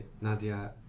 Nadia